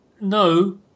no